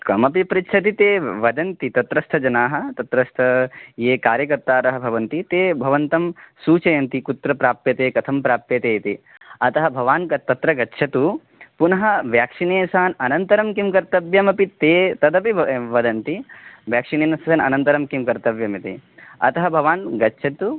कमपि पृच्छति ते वदन्ति तत्रस्थजनाः तत्रस्थ ये कार्यकर्तारः भवन्ति ते भवन्तं सूचयन्ति कुत्र प्राप्यते कथं प्राप्यते इति अतः भवान् गत् तत्र गच्छतु पुनः व्याक्सिनेशन् अनन्तरं किं कर्तव्यम् अपि ते तदपि व वदन्ति व्याक्सिनेशन् अनन्तरं किं कर्तव्यम् इति अतः भवान् गच्छतु